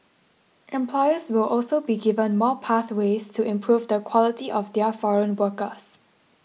employers will also be given more pathways to improve the quality of their foreign workers